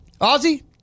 Ozzy